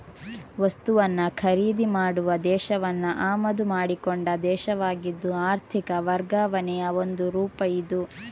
ವಸ್ತುವನ್ನ ಖರೀದಿ ಮಾಡುವ ದೇಶವನ್ನ ಆಮದು ಮಾಡಿಕೊಂಡ ದೇಶವಾಗಿದ್ದು ಆರ್ಥಿಕ ವರ್ಗಾವಣೆಯ ಒಂದು ರೂಪ ಇದು